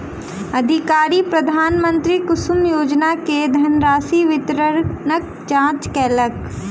अधिकारी प्रधानमंत्री कुसुम योजना के धनराशि वितरणक जांच केलक